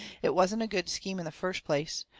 it wasn't a good scheme in the first place.